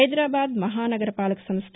హైదరాబాద్ మహానగర పాలకసంస్ల